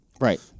right